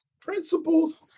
principles